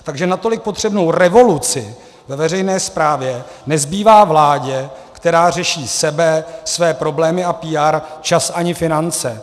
Takže na tolik potřebnou revoluci ve veřejné správě nezbývá vládě, která řeší sebe, své problémy a PR, čas ani finance.